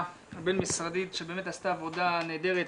הבין משרדית שבאמת עשתה עבודה נהדרת.